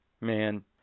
man